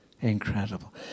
incredible